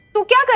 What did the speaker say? okay. and